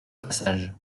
passage